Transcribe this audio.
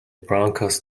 broncos